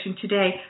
today